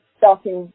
starting